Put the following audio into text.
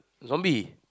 zombie